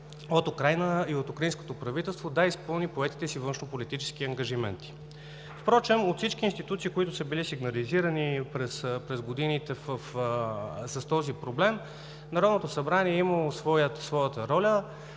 от Украйна и от украинското правителство да изпълни поетите си външнополитически ангажименти. Впрочем, от всички институции, които са били сигнализирани през годините с този проблем, Народното събрание е имало своята роля